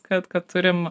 kad kad turim